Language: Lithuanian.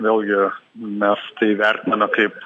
vėl gi mes tai vertiname kaip